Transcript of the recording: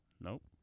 Nope